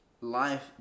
life